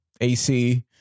ac